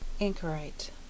Anchorite